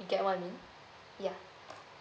you get what I mean ya